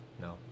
No